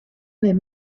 their